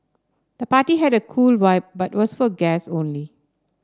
the party had a cool vibe but was for guests only